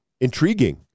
intriguing